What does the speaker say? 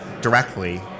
directly